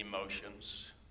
emotions